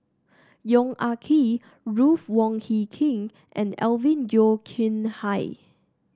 Yong Ah Kee Ruth Wong Hie King and Alvin Yeo Khirn Hai